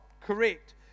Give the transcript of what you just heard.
correct